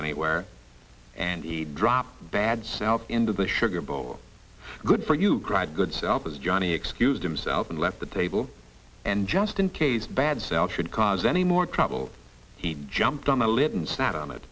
anywhere and he dropped bad self into the sugar bowl good for you cried good self as johnny excused himself and left the table and just in case bad sal should cause any more trouble he jumped on the lid and sat on it